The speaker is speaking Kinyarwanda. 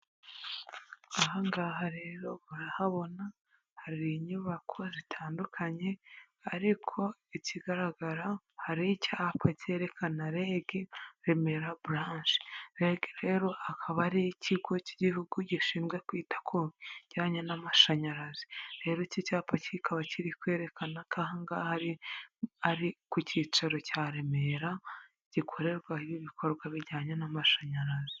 Ahangaha rero murahabona, hari inyubako zitandukanye ariko ikigaragara hari icyapa cyerekana, Rege Remera bulance, Rege rero akaba ari ikigo cy'igihugu gishinzwe kwita ku bijyanye n'amashanyarazi, rero iki cyapa kikaba kiri kwerekana ko aha ngaha ari ku cyicaro cya Remera gikorerwaho ibikorwa bijyanye n'amashanyarazi.